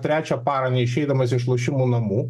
trečią parą neišeidamas iš lošimų namų